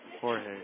Jorge